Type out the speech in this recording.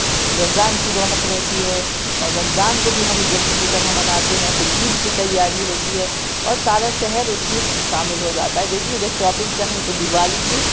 رمضان کی رونق رہتی ہے اور رمضان کو بھی ہم جشن کی طرح مناتے ہیں پھر عید کی تیاری ہوتی ہے اور سارا شہر اس میں شامل ہو جاتا ہے دیکھئے جب شوپنگ چاہے وہ دیوالی کی ہو